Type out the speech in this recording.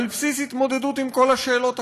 על בסיס התמודדות עם כל השאלות הקשות: